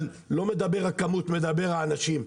אבל לא הכמות מדברת, מדברים האנשים.